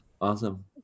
Awesome